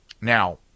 Now